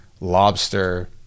lobster